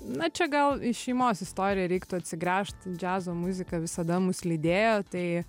na čia gal į šeimos istoriją reiktų atsigręžt džiazo muzika visada mus lydėjo tai